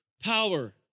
power